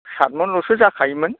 सातमनल'सो जाखायोमोन